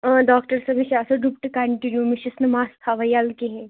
آ ڈاکٹَر صٲب مےٚ چھُ آسان ڈُپٹہٕ کَنٹِنیوٗ مےٚ چھس نہٕ مَس تھاوَان یلہٕ کِہنۍ